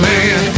Man